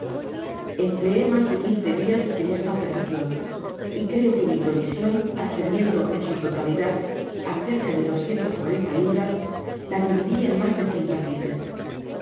empleé mas de quince dias en esta operacion y creo que mi provision ascendiendo en su totalidad á cerca de doscientas cuarenta libras la dividi en mas de cien paquetes en